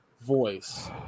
voice